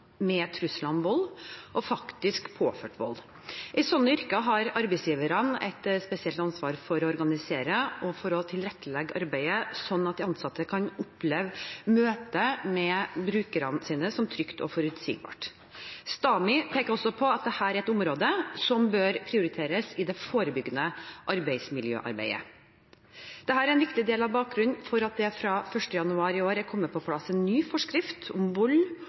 med trusler om vold og faktisk påført vold. I slike yrker har arbeidsgiverne et spesielt ansvar for å organisere og tilrettelegge arbeidet slik at de ansatte kan oppleve møtet med brukerne sine som trygt og forutsigbart. STAMI peker også på at dette er et område som bør prioriteres i det forebyggende arbeidsmiljøarbeidet. Dette er en viktig del av bakgrunnen for at det fra 1. januar i år er kommet på plass en ny forskrift om vold